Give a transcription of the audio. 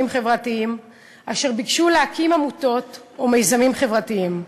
חברתיים אשר ביקשו להקים עמותות ומיזמים חברתיים.